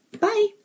Bye